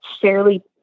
fairly